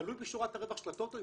תלוי בשורת הרווח של הטוטו,